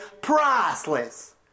priceless